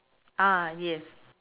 ah yes